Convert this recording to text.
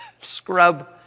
scrub